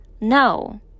No